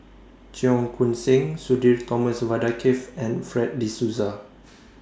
Cheong Koon Seng Sudhir Thomas Vadaketh and Fred De Souza